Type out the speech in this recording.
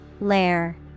Lair